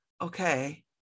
okay